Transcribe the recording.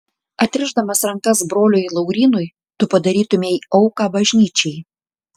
atrišdamas rankas broliui laurynui tu padarytumei auką bažnyčiai